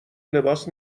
لباس